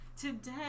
today